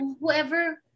whoever